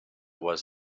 was